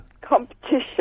Competition